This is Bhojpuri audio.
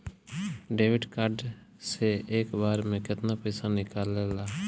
डेबिट कार्ड से एक बार मे केतना पैसा निकले ला?